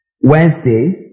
Wednesday